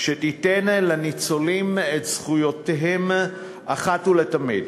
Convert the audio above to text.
שתיתן לניצולים את זכויותיהם אחת ולתמיד.